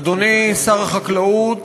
אדוני שר החקלאות,